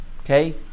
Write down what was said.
okay